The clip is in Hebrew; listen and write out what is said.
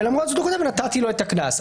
ולמרות זאת נתתי לו קנס.